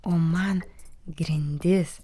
o man grindis